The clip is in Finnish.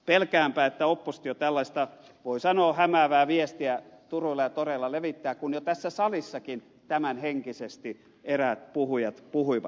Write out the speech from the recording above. pelkäänpä että oppositio tällaista voi sanoa hämäävää viestiä turuilla ja toreilla levittää kun jo tässä salissakin tämän henkisesti eräät puhujat puhuivat